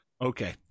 Okay